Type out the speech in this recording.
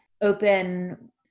open